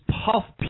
puff